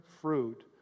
fruit